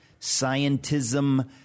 scientism